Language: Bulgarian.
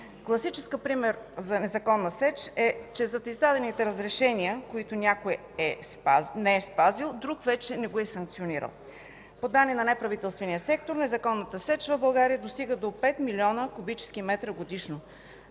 Класически пример за незаконна сеч е, че зад издадените разрешения, които някой не е спазил, друг вече не го е санкционирал. По данни на неправителствения сектор незаконната сеч в България достига до 5 млн. кубически метра годишно.